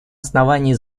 основании